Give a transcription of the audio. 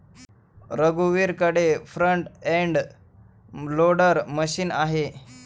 रघुवीरकडे front end loader machine आहे